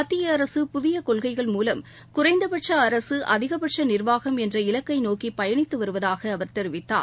மத்தியஅரசு புதியகொள்கைகள் மூலம் குறைந்தபட்சஅரசு அதிகபட்சநிர்வாகம் என்ற இல்கைநேர்கிபயணித்துவருவதாகஅவர் தெரிவித்தார்